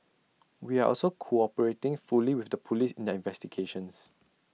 we are also cooperating fully with the Police in their investigations